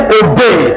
obey